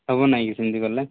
ହେବ ନାଇଁକି ସେମତି କଲେ